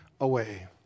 away